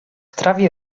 trawie